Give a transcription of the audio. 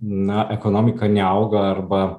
na ekonomika neauga arba